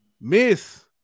Miss